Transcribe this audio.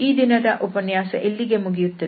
ಈ ದಿನದ ಉಪನ್ಯಾಸ ಇಲ್ಲಿಗೆ ಮುಗಿಯುತ್ತದೆ